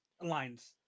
Lines